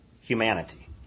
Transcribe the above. humanity